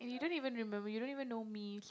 you don't even remember you don't even know me so